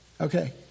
Okay